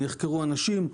נחקרו אנשים,